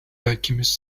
alchemist